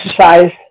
exercise